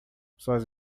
pessoas